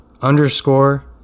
underscore